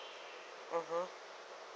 mmhmm